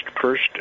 first